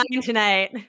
tonight